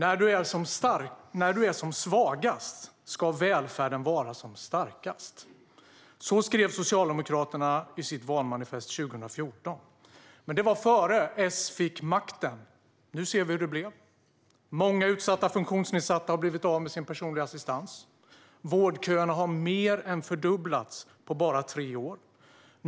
Fru talman! När du är som svagast ska välfärden vara som starkast. Så skrev Socialdemokraterna i sitt valmanifest 2014. Men det var innan S fick makten. Nu ser vi hur det blev. Många utsatta funktionsnedsatta har blivit av med sin personliga assistans. Vårdköerna har mer än fördubblats på bara tre år.